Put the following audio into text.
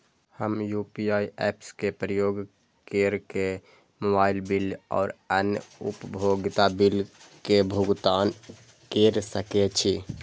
हम UPI apps के उपयोग केर के मोबाइल बिल और अन्य उपयोगिता बिल के भुगतान केर सके छी